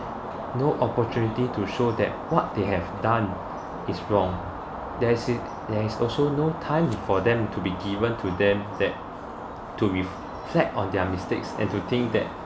no opportunity to show that what they have done is wrong that's it there is also no time for them to be given to them that to reflect on their mistakes and to think that